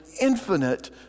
infinite